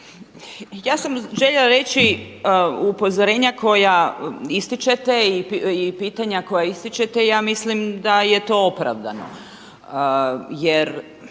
Ja sam željela reći upozorenja koja ističete i pitanja koja ističete, ja mislim da je to opravdano